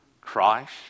Christ